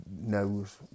knows